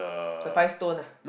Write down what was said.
the five stone ah